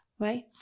right